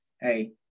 Hey